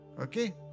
Okay